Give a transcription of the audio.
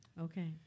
Okay